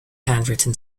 handwritten